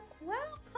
welcome